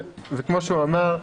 כמו שהוא אמר,